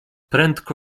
prędko